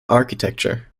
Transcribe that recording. architecture